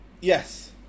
yes